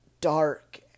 dark